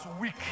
weak